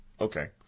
Okay